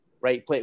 right